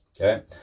okay